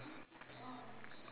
what else we miss out